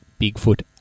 Bigfoot